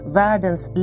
världens